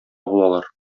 булалар